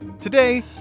Today